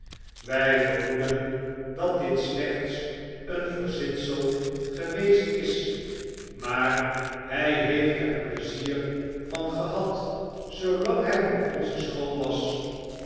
wy yermoeden dat dit slechts een verzinsel geweest is maar hy heeft er pleizier van gehad zoolang hy op onze school was